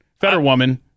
Fetterwoman